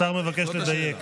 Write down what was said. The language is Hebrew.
השר מבקש לדייק.